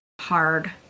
hard